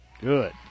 good